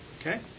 Okay